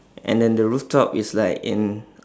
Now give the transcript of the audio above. and then the rooftop is like in